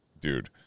dude